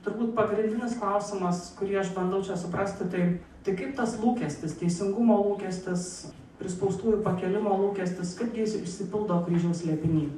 turbūt pagrindinis klausimas kurį aš bandau čia suprasti tai tai kaip tas lūkestis teisingumo lūkestis prispaustųjų pakėlimo lūkestis kaip išsipildo kryžiaus slėpiniai